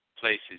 places